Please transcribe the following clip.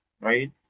right